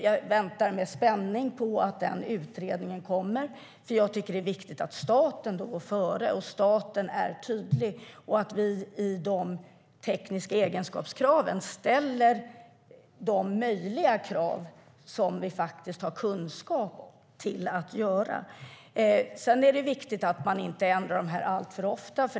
Jag väntar med spänning på att den utredningen kommer, för jag tycker att det är viktigt att staten går före och är tydlig och att vi ställer de möjliga tekniska egenskapskrav som vi har kunskap till. Sedan är det viktigt att man inte ändrar detta alltför ofta.